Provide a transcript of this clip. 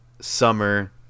Summer